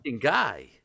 guy